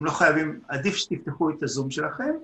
אתם לא חייבים, עדיף שתפתחו את הזום שלכם